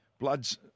Bloods